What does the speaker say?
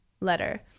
letter